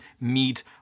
meat